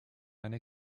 eine